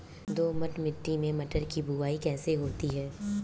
दोमट मिट्टी में मटर की बुवाई कैसे होती है?